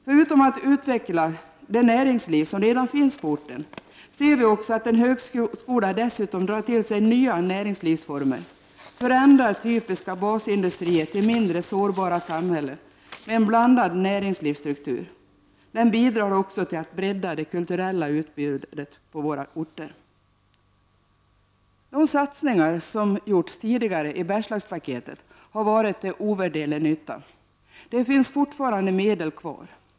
Förutom att en högskola utvecklar det näringsliv som redan finns på orten, ser vi också att den drar till sig nya näringslivsformer, och förändrar typiska basindustriorter till mindre sårbara samhällen med en blandad näringslivsstruktur. Den bidrar också till att bredda det kulturella utbudet på våra orter. De satsningar som gjorts tidigare i Bergslagspaketet har varit till ovärderlig nytta. Det finns fortfarande medel kvar.